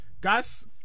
Guys